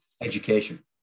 education